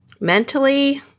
Mentally